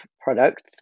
products